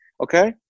okay